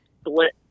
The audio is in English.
split